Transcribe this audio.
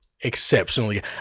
exceptionally